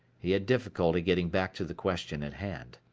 he had difficulty getting back to the question at hand.